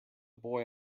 boy